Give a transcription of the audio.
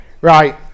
Right